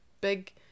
big